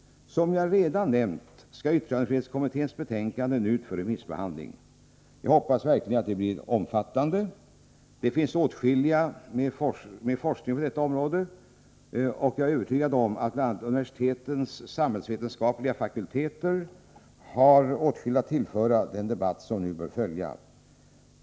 Som jag redan har nämnt skall yttrandefrihetskommitténs betänkande nu ut på remissbehandling. Jag hoppas verkligen att den blir omfattande. Det finns åtskillig forskning på detta område, och jag är övertygad om att bl.a. universitetens samhällsvetenskapliga fakulteter har mycket att tillföra den debatt som nu bör följa.